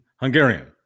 Hungarian